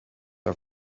are